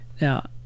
Now